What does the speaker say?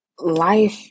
Life